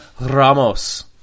ramos